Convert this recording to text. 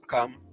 come